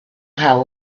how